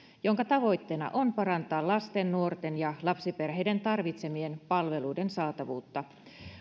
jonka tavoitteena on parantaa lasten nuorten ja lapsiperheiden tarvitsemien palveluiden saatavuutta